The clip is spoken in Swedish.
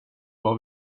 var